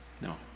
No